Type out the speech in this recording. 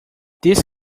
this